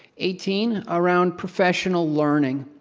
eighteen, around professional learning,